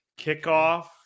kickoff